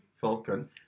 Falcon